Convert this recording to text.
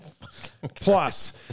Plus